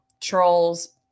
trolls